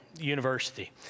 university